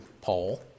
Paul